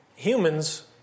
humans